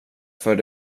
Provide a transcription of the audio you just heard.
för